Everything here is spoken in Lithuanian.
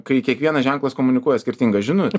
kai kiekvienas ženklas komunikuoja skirtingą žinutę